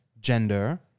gender